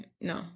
no